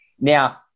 Now